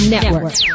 Network